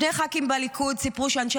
שני ח"כים בליכוד סיפרו שאנשי